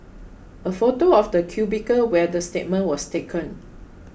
a photo of the cubicle where the statement was taken